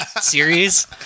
series